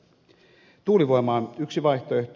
tuulivoima on yksi vaihtoehto